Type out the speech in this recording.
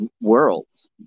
worlds